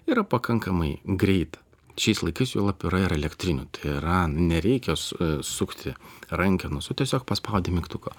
yra pakankamai greita šiais laikais juolab yra ir elektrinių tai yra nereikia sukti rankenos o tiesiog paspaudi mygtuką